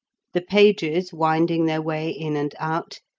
the pages winding their way in and out,